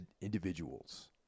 individuals